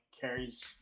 carries